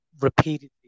repeatedly